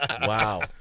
Wow